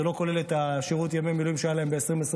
זה לא כולל את שירות ימי המילואים שהיה להם ב-2023,